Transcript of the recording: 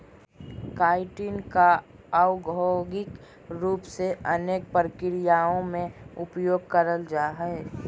chitin का औद्योगिक रूप से अनेक प्रक्रियाओं में उपयोग करल जा हइ